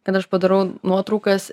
kad aš padarau nuotraukas